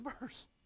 verse